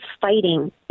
fighting